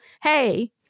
hey